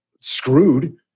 screwed